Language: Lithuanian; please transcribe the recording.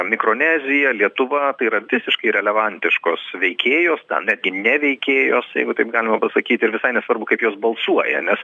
mikronezija lietuva tai yra visiškai relevantiškos veikėjos ten netgi neveikė jos jeigu taip galima pasakyti ir visai nesvarbu kaip jos balsuoja nes